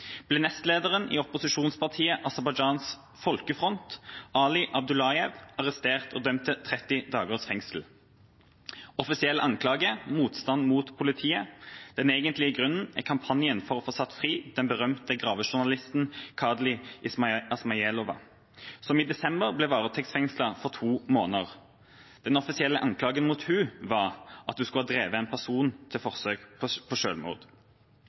ble nestlederen i opposisjonspartiet Aserbajdsjans folkefront, Ali Abdullajev, arrestert og dømt til 30 dagers fengsel. Den offisielle anklagen var motstand mot politiet. Den egentlige grunnen er kampanjen for å få satt fri den berømte gravejournalisten Khadija Ismayilova, som i desember ble varetektsfengslet for to måneder. Den offisielle anklagen mot henne var at hun skulle ha drevet en person til forsøk på